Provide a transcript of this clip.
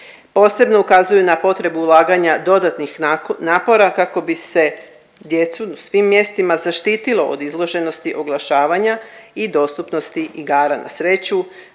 Posebno ukazuju na potrebu ulaganja dodatnih napora kako bi se djecu u svim mjestima zaštitilo od izloženosti oglašavanja i dostupnosti igara na sreću,